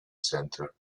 center